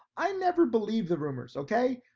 i never believed the rumors, okay.